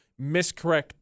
miscorrect